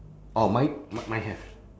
orh mine mi~ mine have